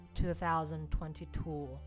2022